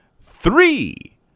three